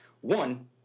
One